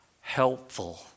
helpful